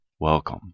Welcome